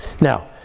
now